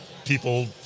people